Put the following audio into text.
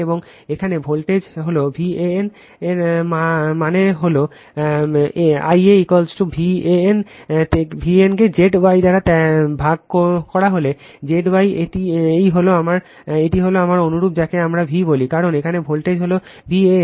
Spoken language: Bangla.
এবং এখানে ভোল্টেজ হল V AN এর মানে হল my I a my v an কে Z Y দ্বারা ভাগ করা হল Z Y এই হল আমার এই হল আমার অনুরূপ যাকে আমরা V বলি কারণ এখানে ভোল্টেজ হল V AN